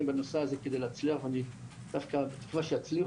בנושא הזה כדי להצליח ואני בתקווה שיצליחו,